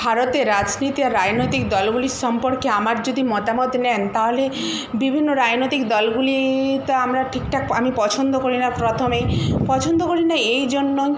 ভারতে রাজনীতি আর রাজনৈতিক দলগুলির সম্পর্কে আমার যদি মতামত নেন তাহলে বিভিন্ন রাজনৈতিক দলগুলি তো আমরা ঠিকঠাক আমি পছন্দ করি না প্রথমেই পছন্দ করি না এই জন্য